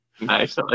Nice